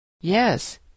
Yes